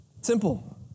Simple